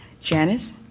Janice